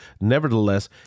nevertheless